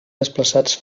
desplaçats